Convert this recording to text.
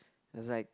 is like